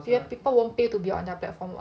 people won't pay to be on their platform [what]